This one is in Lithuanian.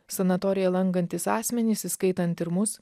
sanatoriją lankantys asmenys įskaitant ir mus